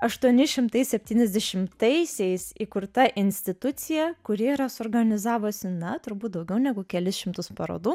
aštuoni šimtai septyniasdešimtaisiais įkurta institucija kuri yra suorganizavusi na turbūt daugiau negu kelis šimtus parodų